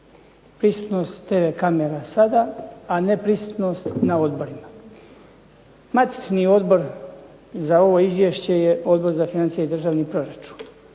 prisutnost tv kamera sada, a ne prisutnost na odborima. Matični odbor za ovo izvješće je Odbor za financije i državni proračun